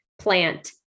plant